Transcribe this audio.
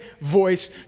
voice